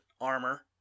armor